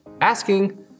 asking